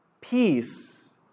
Peace